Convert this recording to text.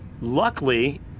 luckily